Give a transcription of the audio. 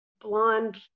blonde